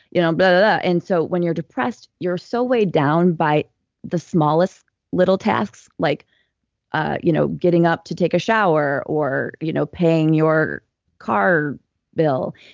you know but and so when you're depressed, you're so weighed down by the smallest little tasks like ah you know getting up to take a shower or you know paying your car bill.